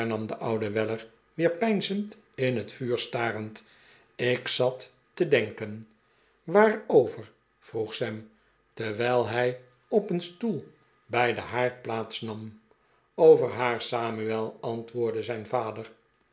de oude welier weer peinzend in het vuur starend ik zat te denken waarover vroeg sam terwijl hij op gevaarlijke situatie voor een weduwnaar een stoel bij den haard plaats nam over haar samuel antwoordde zijn vader